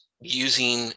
using